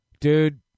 Dude